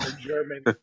German